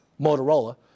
Motorola